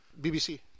BBC